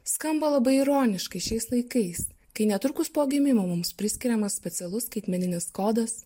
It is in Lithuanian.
skamba labai ironiškai šiais laikais kai netrukus po gimimo mums priskiriamas specialus skaitmeninis kodas